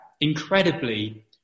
incredibly